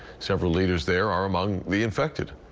several leaders there are among the infected.